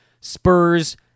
Spurs